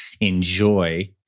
enjoy